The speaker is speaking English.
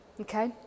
okay